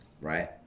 right